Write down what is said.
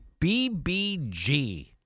BBG